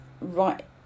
right